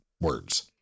words